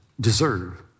deserve